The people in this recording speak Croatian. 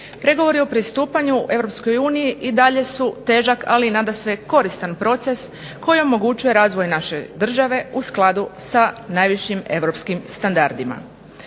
Pregovori o pristupanju Europskoj uniji i dalje su težak ali i nadasve koristan proces koji omogućuje razvoj naše države u skladu sa najvišim europskim standardima.